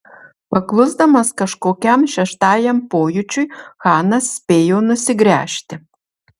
paklusdamas kažkokiam šeštajam pojūčiui chanas spėjo nusigręžti